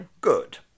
Good